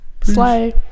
slay